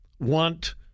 want